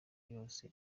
yose